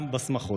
גם בשמחות.